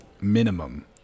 minimum